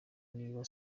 niba